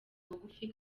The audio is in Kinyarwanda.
bugufi